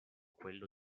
quello